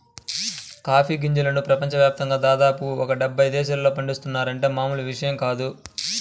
coffee గింజలను ప్రపంచ యాప్తంగా దాదాపు ఒక డెబ్బై దేశాల్లో పండిత్తున్నారంటే మామూలు విషయం కాదు